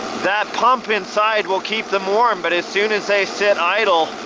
that pump inside will keep them warm. but as soon as they sit idle,